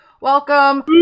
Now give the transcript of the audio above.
Welcome